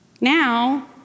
Now